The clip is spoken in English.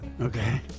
Okay